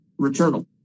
Returnal